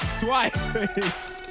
twice